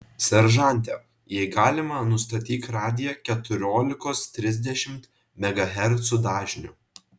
seržante jei galima nustatyk radiją keturiolikos trisdešimt megahercų dažniu